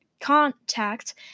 contact